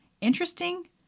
interesting